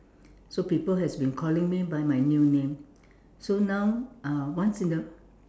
so people has been calling me by my new name so now uh once in a